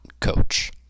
coach